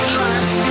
Trust